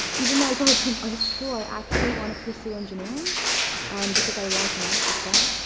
even though i go to an arts school, i actually wanna pursue engineering because i love math as well.